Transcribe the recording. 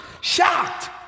shocked